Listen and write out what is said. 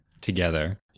together